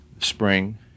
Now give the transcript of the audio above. Spring